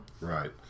Right